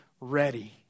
ready